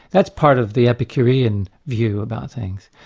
that's part of the epicurean view about things.